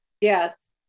Yes